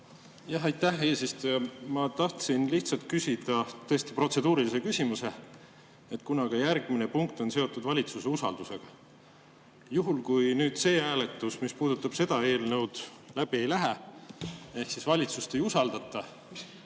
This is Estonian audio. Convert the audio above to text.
Aitäh, eesistuja! Ma tahtsin lihtsalt küsida tõesti protseduurilise küsimuse, kuna ka järgmine punkt on seotud valitsuse usaldusega. Juhul, kui nüüd see hääletus, mis puudutab seda eelnõu, läbi ei lähe ehk siis valitsust ei usaldata,